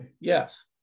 yes